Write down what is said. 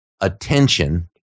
attention